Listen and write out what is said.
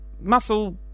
Muscle